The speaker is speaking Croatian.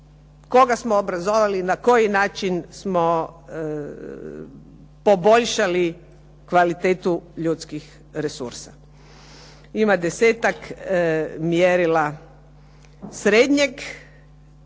koga smo obrazovali i na koji način smo poboljšali kvalitetu ljudskih resursa. Ima desetak mjerila srednje